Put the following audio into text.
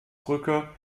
brücke